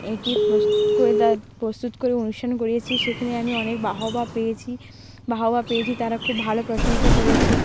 এঁকে প্রস্তুত করে প্রস্তুত করে অনুষ্ঠান করিয়েছি সেখানে আমি অনেক বাহবা পেয়েছি বাহবা পেয়েছি তারা খুব ভালো প্রশংসা করেছে